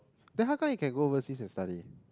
then how come he can go overseas and study